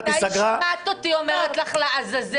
מתי שמעת אותי אומרת לך "לעזאזל"?